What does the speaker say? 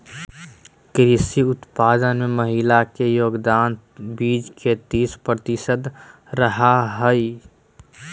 कृषि उत्पादन में महिला के योगदान बीस से तीस प्रतिशत रहा हइ